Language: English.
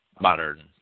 modern